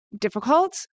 difficult